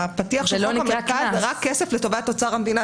הפתיח של חוק המרכז: רק כסף לטובת אוצר המדינה.